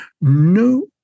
no